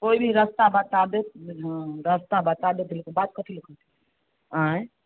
कोइ भी रास्ता बता देत हँ रस्ता बता देत बात कथी लऽ कहतै आंय